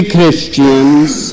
Christians